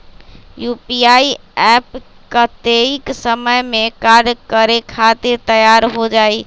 UPI app कतेइक समय मे कार्य करे खातीर तैयार हो जाई?